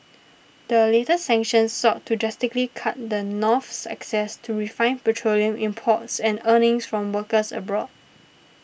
the latest sanctions sought to drastically cut the North's access to refined petroleum imports and earnings from workers abroad